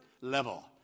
level